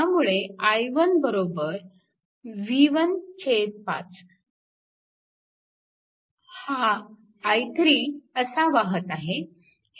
त्यामुळे i1 v15 आणि हा i3 असा वाहत आहे